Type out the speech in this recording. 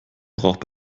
braucht